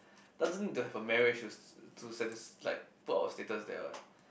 doesn't need to have a marriage to satis~ like put our status there what